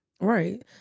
Right